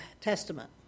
Testament